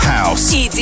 House